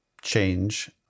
change